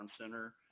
Center